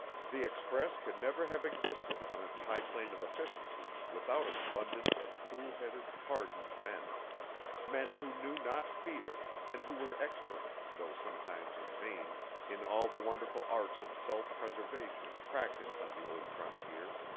the express could never have existed on its high plane of efficiency, without an abundance of coolheaded, hardened men men who knew not fear and who were expert though sometimes in vain in all the wonderful arts of self-preservation practiced on the old frontier.